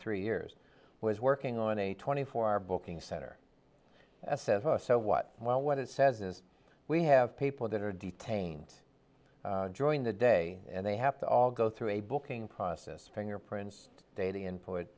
three years was working on a twenty four hour booking center a cessna so what well what it says is we have people that are detained join the day and they have to all go through a booking process fingerprints data input